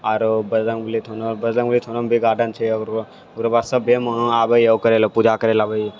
आर बजरंगबली थान बजरंगबली थानमे भी गार्डन छै ओकर बाद सभे वहाँ पूजा करै लए आबै है